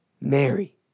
Mary